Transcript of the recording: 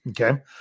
Okay